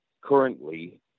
currently